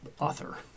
author